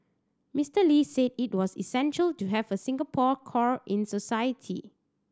Mister Lee said it was essential to have a Singapore core in society